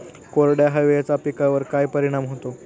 कोरड्या हवेचा पिकावर काय परिणाम होतो?